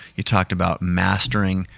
you talked about mastering,